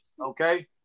okay